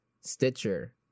Stitcher